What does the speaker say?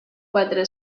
quatre